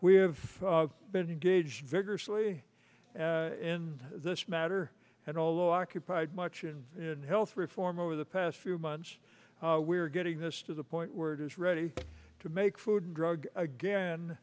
we have been engaged vigorously in this matter and although occupied much and in health reform over the past few months we are getting this to the point where it is ready to make food and drug again